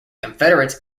confederates